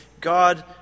God